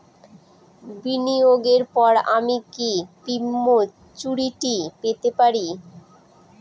বিনিয়োগের পর আমি কি প্রিম্যচুরিটি পেতে পারি?